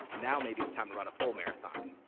now maybe it's time to run a full marathon.